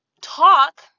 talk